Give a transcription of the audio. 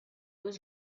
was